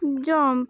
jump